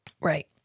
Right